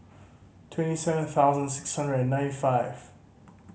twenty seven thousand six hundred and ninety five